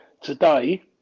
today